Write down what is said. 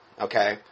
Okay